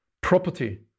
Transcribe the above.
property